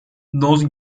those